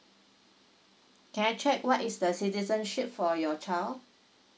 can I check what is the citizenship for your child